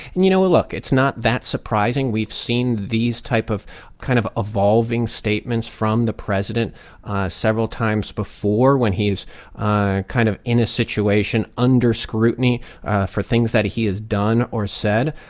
and you know, look. it's not that surprising. we've seen these type of kind of evolving statements from the president several times before when he's kind of in a situation under scrutiny for things that he has done or said.